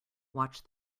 watch